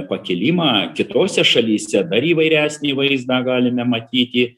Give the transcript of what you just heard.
pakilimą kitose šalyse dar įvairesnį vaizdą galime matyti